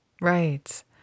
Right